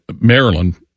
Maryland